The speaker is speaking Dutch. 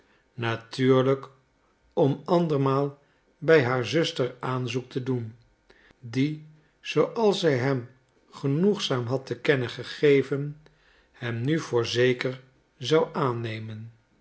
natuurlijk om andermaal bij haar zuster aanzoek te doen die zooals zij hem genoegzaam had te kennen gegeven hem nu voorzeker zou aannemen